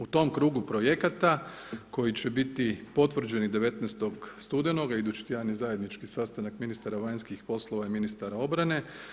U tom krugu projekata koji će biti potvrđeni 19. studenoga, idući tjedan je zajednički sastanak ministara vanjskih poslova i ministara obrane.